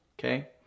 okay